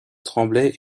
tremblay